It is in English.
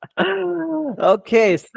Okay